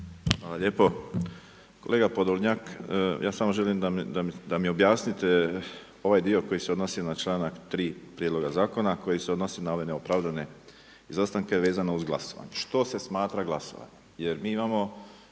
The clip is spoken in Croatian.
Hvala lijepo. Kolega Podolnjak, ja samo želim da mi objasnite ovaj dio koji se odnosi na članak 3. prijedloga zakona, koji se odnosi na ove neopravdane izostanke vezano uz glasovanje. Što se smatra glasovanjem? Jer mi imamo